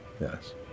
Yes